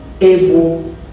able